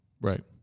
Right